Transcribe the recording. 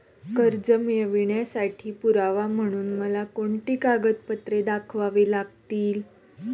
कर्ज मिळवण्यासाठी पुरावा म्हणून मला कोणती कागदपत्रे दाखवावी लागतील?